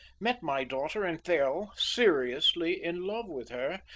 met my daughter and fell seriously in love with her,